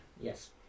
Yes